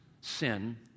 sin